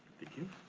thank you.